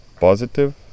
positive